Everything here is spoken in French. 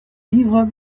livre